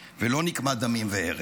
ולא נקמת דמים והרג.